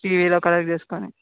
టీవీలో కనెక్ట్ చేసుకొని